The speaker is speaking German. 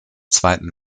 zweiten